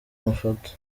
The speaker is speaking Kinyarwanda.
mafoto